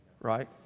right